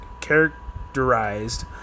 characterized